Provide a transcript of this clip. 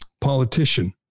politician